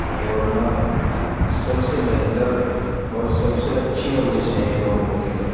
دوڑنا سب سے بہتر اور سب سے اچھی ورزش ہے یہ دوڑنے کے لیے